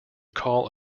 call